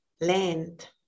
land